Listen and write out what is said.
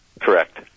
Correct